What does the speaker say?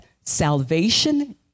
salvation